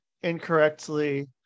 incorrectly